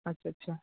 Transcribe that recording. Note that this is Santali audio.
ᱟᱪᱪᱷᱟ ᱟᱪᱪᱷᱟ